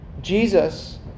jesus